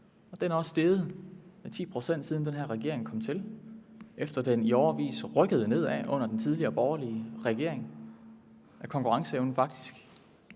Og den er også steget med 10 pct., siden den her regering kom til, efter at den i årevis rykkede nedad under den tidligere borgerlige regering. Konkurrenceevnen er faktisk